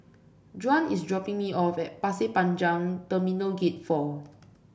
Juan is dropping me off at Pasir Panjang Terminal Gate Four